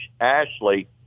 Ashley